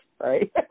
right